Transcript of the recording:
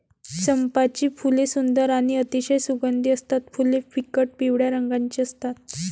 चंपाची फुले सुंदर आणि अतिशय सुगंधी असतात फुले फिकट पिवळ्या रंगाची असतात